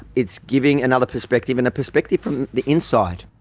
it's giving another perspective, and a perspective from the inside.